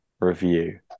Review